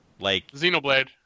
Xenoblade